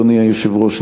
אדוני היושב-ראש,